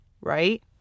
right